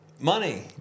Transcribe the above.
money